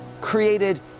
created